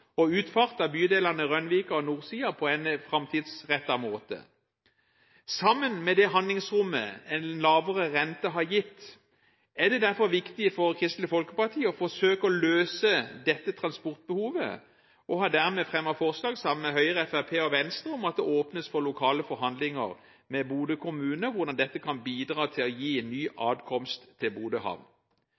og utfart ut av bydelene Rønvik og Nordsia på en framtidsrettet måte. Sammen med det handlingsrommet en lavere rente har gitt, er det derfor viktig for Kristelig Folkeparti å forsøke å løse dette transportbehovet. Vi har dermed – sammen med Høyre, Fremskrittspartiet og Venstre – fremmet forslag til vedtak under II om at det åpnes for lokale forhandlinger med Bodø kommune om hvordan dette kan bidra til å gi ny adkomst til Bodø havn.